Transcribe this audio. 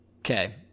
Okay